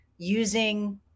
using